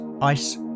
ice